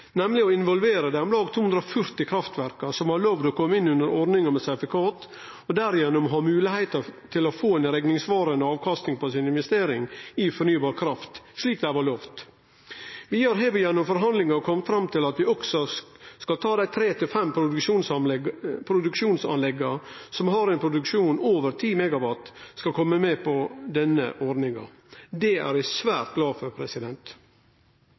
nemleg å involvere dei om lag 240 kraftverka som var lovd å kome inn under ordninga med sertifikat og gjennom det ha moglegheita til å få ei rekningssvarande avkasting på si investering i fornybar kraft – slik dei var lovd. Vidare har vi gjennom forhandlingar kome fram til at også dei tre–fem produksjonsanlegga som har ein produksjon over 10 MW, skal kome med på denne ordninga. Det er eg svært glad for.